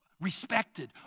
respected